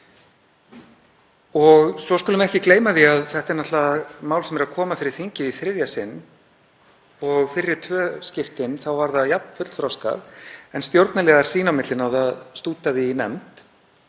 Svo skulum við ekki gleyma því að þetta er náttúrlega mál sem er að koma fyrir þingið í þriðja sinn og fyrri tvö skiptin var það jafn fullþroskað en stjórnarliðar sín á milli náðu að stúta því í nefnd.